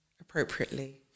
appropriately